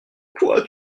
pourras